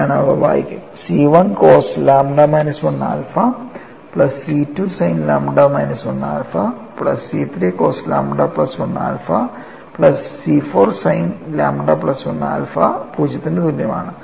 ഞാൻ അവ വായിക്കും C 1 cos lambda minus 1 alpha plus C2 sine lambda minus 1 alpha plus C3 cos lambda plus 1 alpha plus C4 sine lambda plus 1 alpha 0 ന് തുല്യമാണ്